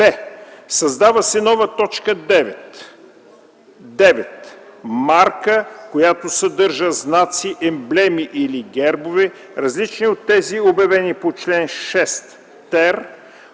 създава се нова т. 9: „9. марка, която съдържа знаци, емблеми или гербове, различни от тези, обявени по чл. 6 ter